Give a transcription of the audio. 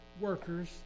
workers